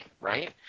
right